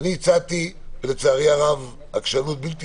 אני הצעתי לצערי הרב עקשנות בלתי